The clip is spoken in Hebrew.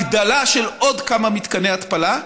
הגדלה של עוד כמה מתקני התפלה,